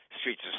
streets